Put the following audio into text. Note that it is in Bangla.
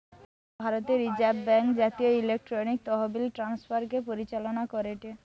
ভারতের রিজার্ভ ব্যাঙ্ক জাতীয় ইলেকট্রনিক তহবিল ট্রান্সফার কে পরিচালনা করেটে